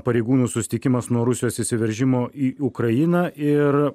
pareigūnų susitikimas nuo rusijos įsiveržimo į ukrainą ir